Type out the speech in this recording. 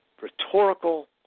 rhetorical